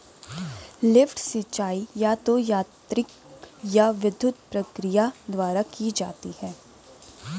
lift सिंचाई या तो यांत्रिक या विद्युत प्रक्रिया द्वारा की जाती है